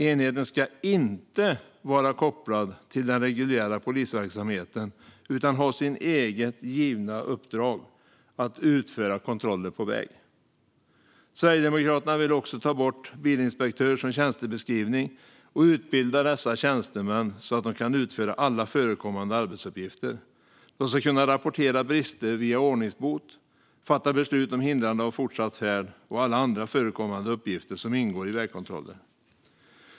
Enheten ska inte vara kopplad till den reguljära polisverksamheten utan ha sitt eget givna uppdrag: att utföra kontroller på väg. Sverigedemokraterna vill också ta bort bilinspektör som tjänstebeskrivning och utbilda dessa tjänstemän så att de kan utföra alla förekommande arbetsuppgifter. De ska kunna rapportera brister via ordningsbot, fatta beslut om hindrande av fortsatt färd och utföra alla andra uppgifter som ingår i vägkontroller.